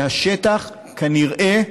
והשטח כנראה,